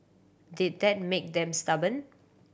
did that make them stubborn